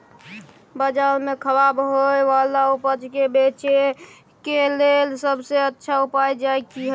बाजार में खराब होय वाला उपज के बेचय के लेल सबसे अच्छा उपाय की हय?